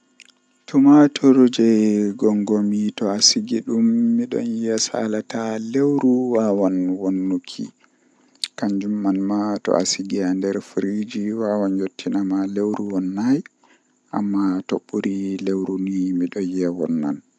Mi noddan himbe hokkata am savis man to woodi laawol no mi yeccirta be mi yecca be dow nda conneshion am wala wada malladon waddinami damuwa nda babal mi joodata egaa babal kaza yahuki babal kaza ngamman be habda useni be geerinami.